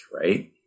right